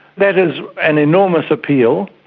that is an enormous appeal.